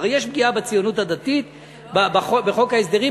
הרי יש פגיעה בציונות הדתית בחוק ההסדרים,